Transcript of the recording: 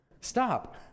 stop